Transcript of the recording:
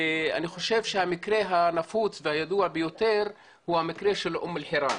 ואני חושב שהמקרה הנפוץ והידוע ביותר הוא המקרה של אום אל-חיראן.